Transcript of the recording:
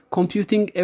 Computing